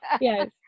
Yes